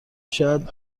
شاید